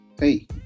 hey